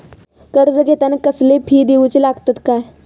कर्ज घेताना कसले फी दिऊचे लागतत काय?